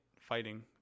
fighting